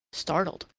startled,